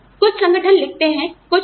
कुछ संगठन लिखते हैं कुछ नहीं